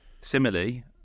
similarly